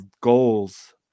goals